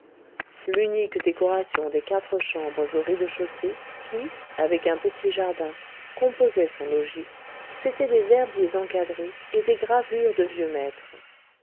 l'unique décoration des quatre chambres au rez-de-chaussée qui avec un petit jardin composaient son logis c'étaient des herbiers encadrés et des gravures de vieux maîtres